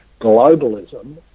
globalism